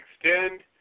extend